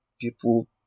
People